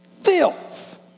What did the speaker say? filth